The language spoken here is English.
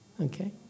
Okay